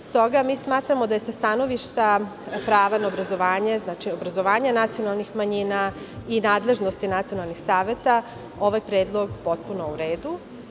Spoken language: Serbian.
S toga, mi smatramo da je sa stanovišta prava na obrazovanje, obrazovanje nacionalnih manjina i nadležnosti nacionalnih saveta, ovaj predlog potpuno u redu.